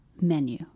menu